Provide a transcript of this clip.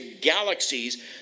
galaxies